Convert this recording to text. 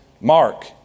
Mark